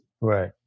right